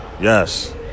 Yes